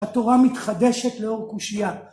התורה מתחדשת לאור קושייה